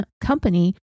company